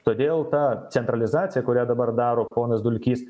todėl ta centralizacija kurią dabar daro ponas dulkys